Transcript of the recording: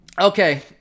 Okay